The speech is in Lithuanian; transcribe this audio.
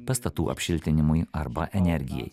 pastatų apšiltinimui arba energijai